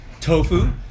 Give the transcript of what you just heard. tofu